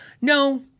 No